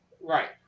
Right